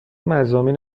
مضامین